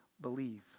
believe